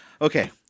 Okay